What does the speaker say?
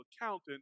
accountant